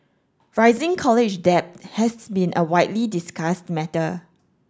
rising college debt has been a widely discussed matter